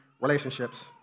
relationships